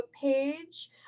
page